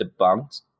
debunked